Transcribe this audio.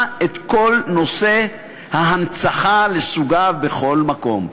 את כל נושא ההנצחה לסוגיו בכל מקום.